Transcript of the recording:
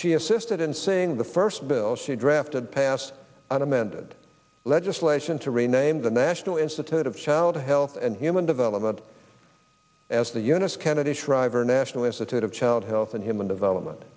she assisted in saying the first bill she drafted passed an amended legislation to rename the national institute of child health and human development as the eunice kennedy shriver national institute of child health and human development